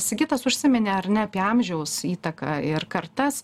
sigitas užsiminė ar ne apie amžiaus įtaką ir kartas